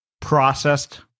processed